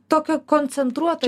tokia koncentruota